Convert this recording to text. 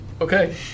Okay